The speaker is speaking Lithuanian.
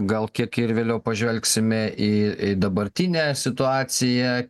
gal kiek ir vėliau pažvelgsime į į dabartinę situaciją